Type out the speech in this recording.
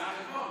זה החשבון.